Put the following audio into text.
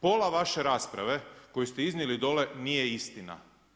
Pola vaše rasprave koju ste iznijeli dole nije istina.